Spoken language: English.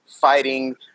fighting